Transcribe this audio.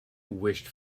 wished